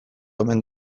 omen